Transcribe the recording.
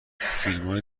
فیلمای